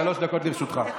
שלוש דקות לרשותך.